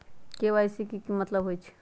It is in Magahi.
के.वाई.सी के कि मतलब होइछइ?